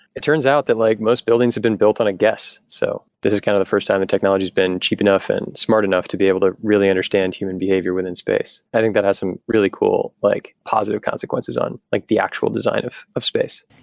it turns out that like most buildings have been built on a guess. so this is kind of the first time that technology has been cheap enough and smart enough to be able to really understand human behavior within space. i think that has some really cool, like positive consequences on like the actual design of of space.